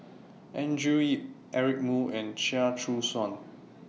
Andrew Yip Eric Moo and Chia Choo Suan